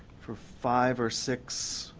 for five or six